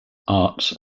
arts